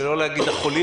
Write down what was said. שלא להגיד החולים,